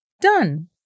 Done